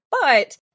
but-